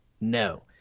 No